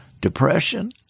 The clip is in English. depression